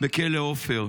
בכלא עופר.